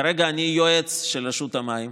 כרגע אני יועץ של רשות המים,